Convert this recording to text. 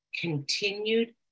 continued